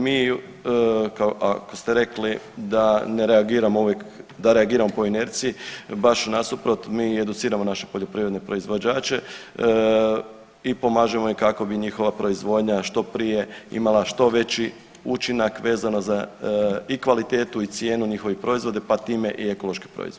Mi kako se rekli da ne reagiramo uvijek, da reagiramo po inerciji, baš nasuprot, mi educiramo naše poljoprivredne proizvođače i pomažemo im kako bi njihova proizvodnja što prije imala što veći učinak vezano i kvalitetu i cijenu njihovih proizvoda pa time i ekološki proizvodi.